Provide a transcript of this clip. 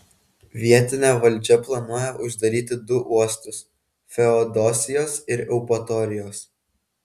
vietinė valdžia planuoja uždaryti du uostus feodosijos ir eupatorijos